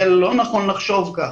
זה לא נכון לחשוב כך.